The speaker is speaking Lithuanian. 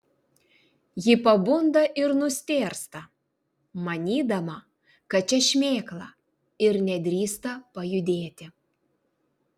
ji pabunda ir nustėrsta manydama kad čia šmėkla ir nedrįsta pajudėti